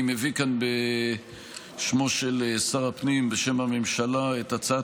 אני מביא כאן בשמו של שר הפנים ובשם הממשלה את הצעת